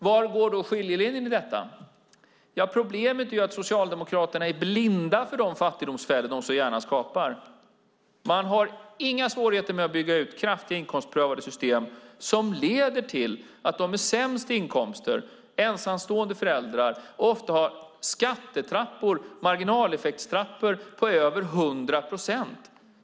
Var går då skiljelinjen i detta? Problemet är att Socialdemokraterna är blinda för de fattigdomsfällor som de så gärna skapar. Man har inga svårigheter med att bygga ut kraftigt inkomstprövade system som leder till att de med sämst inkomster, ensamstående föräldrar, ofta får skattetrappor, marginaleffektstrappor, på över 100 procent.